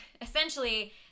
essentially